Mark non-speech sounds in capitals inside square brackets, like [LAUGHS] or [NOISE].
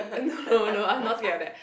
[LAUGHS] no no I'm not scared of that